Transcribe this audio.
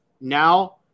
Now